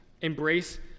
embrace